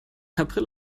april